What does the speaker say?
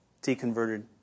deconverted